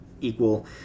equal